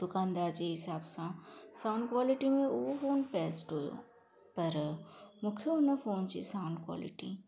दुकानदार जंहिं हिसाब सां साऊंड कॉलिटी में उहो फ़ोन बेस्ट हुओ पर मूंखे हुन फ़ोन जी साऊंड कॉलिटी